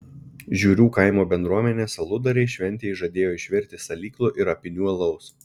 žiurių kaimo bendruomenės aludariai šventei žadėjo išvirti salyklo ir apynių alaus